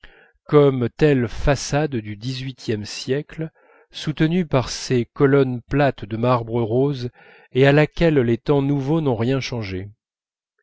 comme telle façade du xviiie siècle soutenue par ses colonnes plates de marbre rose et à laquelle les temps nouveaux n'ont rien changé